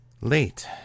Late